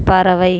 பறவை